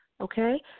Okay